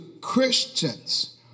Christians